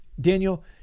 Daniel